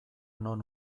non